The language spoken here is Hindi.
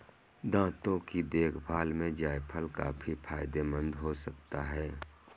दांतों की देखभाल में जायफल काफी फायदेमंद हो सकता है